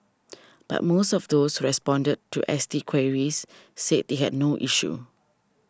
but most of those who responded to S T queries said they had no issue